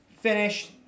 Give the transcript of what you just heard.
finish